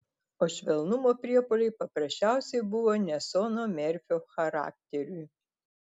o švelnumo priepuoliai paprasčiausiai buvo ne sono merfio charakteriui